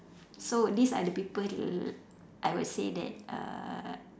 so these are the people I would say that uh